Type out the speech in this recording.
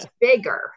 bigger